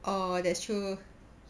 oh that's true